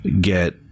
get